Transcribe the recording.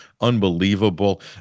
unbelievable